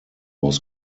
was